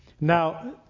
Now